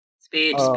Speech